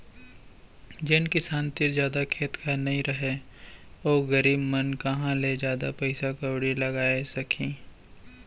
जेन किसान तीर जादा खेत खार नइ रहय ओ गरीब मन कहॉं ले जादा पइसा कउड़ी लगाय सकहीं